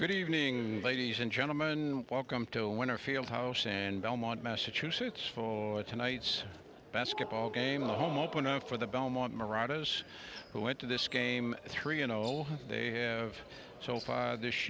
good evening ladies and gentlemen welcome to a winter field house and belmont massachusetts for tonight's basketball game the home opener for the belmont maracas who went to this game three you know they have so far this